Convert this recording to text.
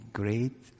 great